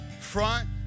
front